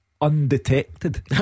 Undetected